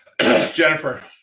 Jennifer